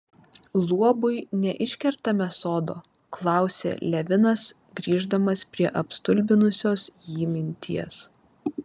luobui neiškertame sodo klausė levinas grįždamas prie apstulbinusios jį minties